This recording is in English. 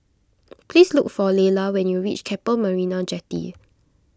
please look for Layla when you reach Keppel Marina Jetty